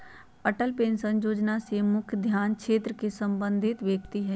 Atal pension जोजना के मुख्य ध्यान असंगठित क्षेत्र से संबंधित व्यक्ति हइ